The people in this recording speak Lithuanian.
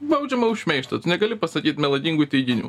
baudžiama už šmeižtą tu negali pasakyt melagingų teiginių